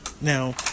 Now